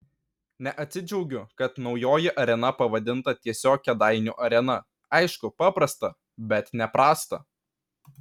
neatsidžiaugiu kad naujoji arena pavadinta tiesiog kėdainių arena aišku paprasta bet ne prasta